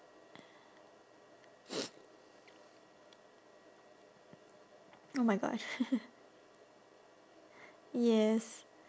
oh my gosh yes